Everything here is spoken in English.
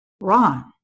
Ron